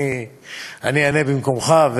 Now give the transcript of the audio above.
אני אענה במקומך.